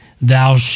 Thou